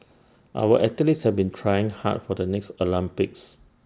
our athletes have been trying hard for the next Olympics